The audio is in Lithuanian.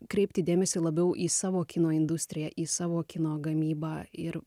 kreipti dėmesį labiau į savo kino industriją į savo kino gamybą ir